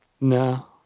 No